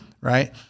right